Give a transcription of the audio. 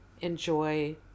enjoy